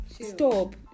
stop